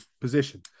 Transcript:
position